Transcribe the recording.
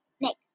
Next